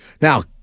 Now